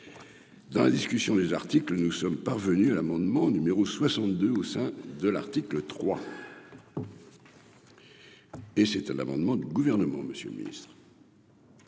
Dans la discussion des articles, nous sommes parvenus à l'amendement numéro 62 au sein de l'article 3. Et c'est un amendement du gouvernement Monsieur le Ministre.